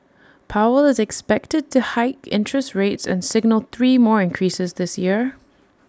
powell is expected to hike interest rates and signal three more increases this year